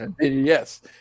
Yes